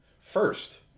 first